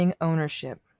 OWNERSHIP